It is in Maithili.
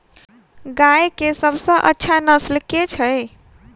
गाय केँ सबसँ अच्छा नस्ल केँ छैय?